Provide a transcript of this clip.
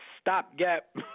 stopgap